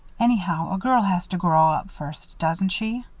anyhow, a girl has to grow up first, doesn't she?